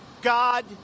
God